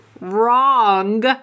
Wrong